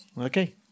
Okay